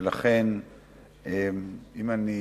ולכן אם אני